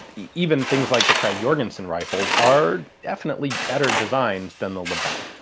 even things like the krag-jorgensen rifles are definitely better designs than the lebel.